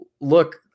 look